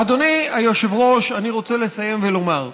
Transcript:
אדוני היושב-ראש, אני רוצה לסיים ולומר: